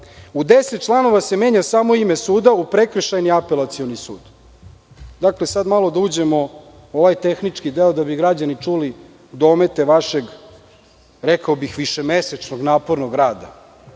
u 10. članova se menja samo ime suda - prekršajni u apelacioni sud. Dakle sad malo da uđemo u ovaj tehnički deo da bi građani čuli domete vašeg, rekao bih, višemesečnog napornog